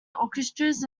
orchestras